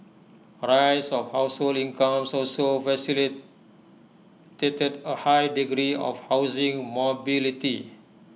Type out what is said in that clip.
A rise of household incomes also facilitated A high degree of housing mobility